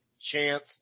Chance